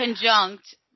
conjunct